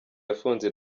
yafunze